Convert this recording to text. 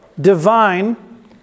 divine